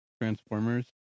Transformers